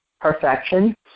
perfection